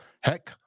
Heck